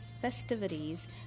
festivities